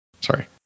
Sorry